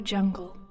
Jungle